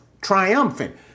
triumphant